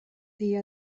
the